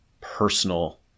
personal